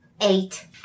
Eight